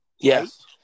Yes